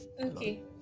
Okay